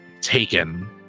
taken